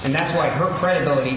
and that's why her credibility